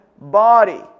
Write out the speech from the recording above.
body